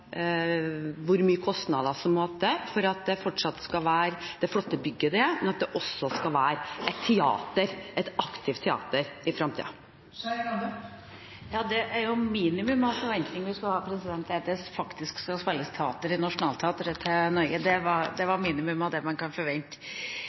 hvor mye som må til av kostnader for at det fortsatt skal være det flotte bygget det er, men også for at det skal være et teater, et aktivt teater, i fremtiden. Ja, det er jo minimum av forventninger man skal ha, at det faktisk skal spilles teater i Nationaltheatret i Norge – det er minimum av det